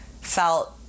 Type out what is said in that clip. felt